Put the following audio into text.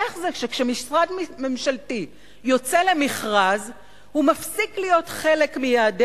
איך זה שכשמשרד ממשלתי יוצא למכרז הוא מפסיק להיות חלק מיעדי